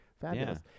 fabulous